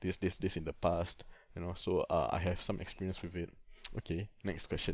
this this this in the past and also uh I have some experience with it okay next question